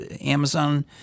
Amazon